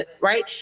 right